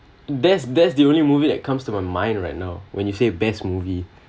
that's that's the only movie that comes to my mind right now when you say best movie